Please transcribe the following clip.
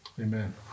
Amen